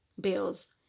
bills